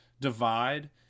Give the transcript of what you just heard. divide